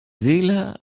seele